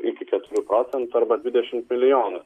iki keturių procentų arba dvidešimt milijonų